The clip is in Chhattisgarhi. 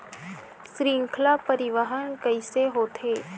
श्रृंखला परिवाहन कइसे होथे?